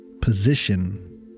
position